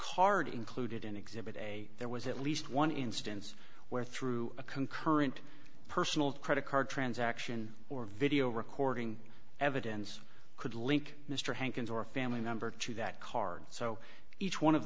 card included in exhibit a there was at least one instance where through a concurrent personal credit card transaction or video recording evidence could link mr hankins or a family member to that card so each one of